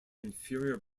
inferior